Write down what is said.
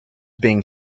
being